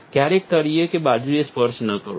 ક્યારેય તળિયે કે બાજુઓને સ્પર્શ ન કરો